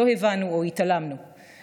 לא הבנו או התעלמנו ממנו.